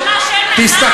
שורות